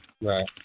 Right